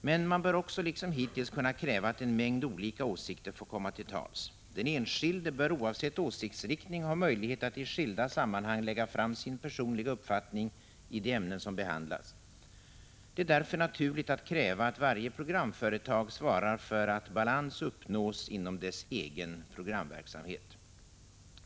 Men man bör också liksom hittills kunna kräva att en mängd olika åsikter får komma till tals. Den enskilde bör oavsett åsiktsriktning ha möjlighet att i skilda sammanhang lägga fram sin personliga uppfattning i de ämnen som behandlas. Det är därför naturligt att kräva att varje programföretag svarar för att balans uppnås inom dess egen programverksamhet.